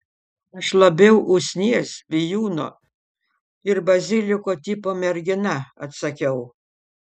aš labiau usnies bijūno ir baziliko tipo mergina atsakiau